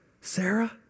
Sarah